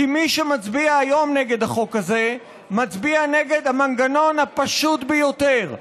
כי מי שמצביע היום נגד החוק הזה מצביע נגד המנגנון הפשוט ביותר,